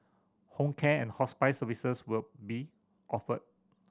home care and hospice services will be offered